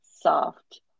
soft